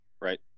Right